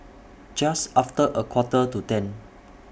Just after A Quarter to ten